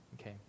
Okay